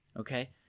Okay